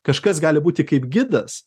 kažkas gali būti kaip gidas